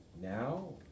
Now